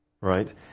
right